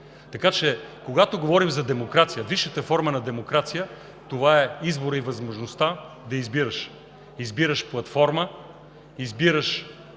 Така че, когато говорим за демокрация, висшата форма на демокрация, това е изборът и възможността да избираш, избираш платформа и